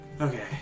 Okay